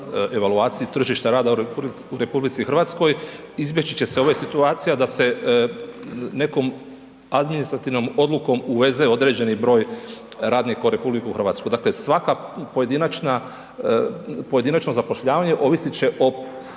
evaluaciju tržišta rada u RH izbjeći će se ova situacija da se nekom administrativnom odlukom uveze određeni broj radnika u RH. Dakle, svaka pojedinačna, pojedinačno zapošljavanje ovisit će o